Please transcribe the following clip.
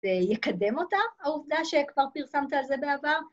ויקדם אותה, העובדה שכבר פרסמת על זה בעבר.